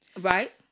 right